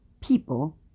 people